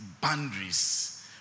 boundaries